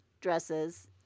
dresses